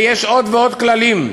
ויש עוד ועוד כללים,